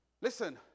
Listen